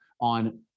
on